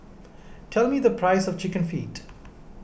tell me the price of Chicken Feet